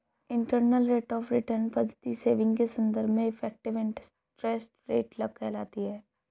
internal rate of return पद्धति saving के संदर्भ में इफेक्टिव इंटरेस्ट रेट कहलाती है